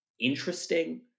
interesting